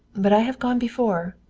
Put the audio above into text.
but i have gone before.